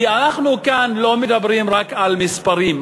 כי אנחנו כאן לא מדברים רק על מספרים,